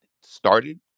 started